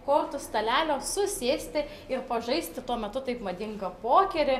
kortų stalelio susėsti ir pažaisti tuo metu taip madingą pokerį